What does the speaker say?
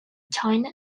china